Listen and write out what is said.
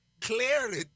Clearly